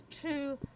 true